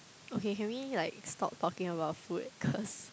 okay can we like stop talking about food cause